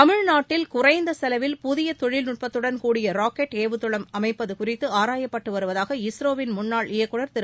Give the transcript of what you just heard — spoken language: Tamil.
தமிழ்நாட்டில் குறைந்த செலவில் புதிய தொழில்நுட்பத்துடன் கூடிய ராக்கெட் ஏவுதளம் அமைப்பது குறித்து ஆராயப்பட்டு வருவதாக இஸ்ரோவின் முன்னாள் இயக்குநர் திரு